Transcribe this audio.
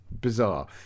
Bizarre